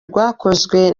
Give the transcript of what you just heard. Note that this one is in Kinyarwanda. rwakozwe